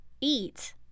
eat